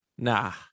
Nah